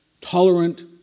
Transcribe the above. tolerant